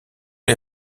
les